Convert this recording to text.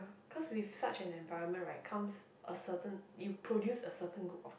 cause with such an environment right comes a certain you produce a certain group of